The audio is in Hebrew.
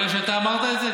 בגלל שאתה אמרת את זה?